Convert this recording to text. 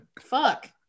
fuck